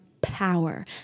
power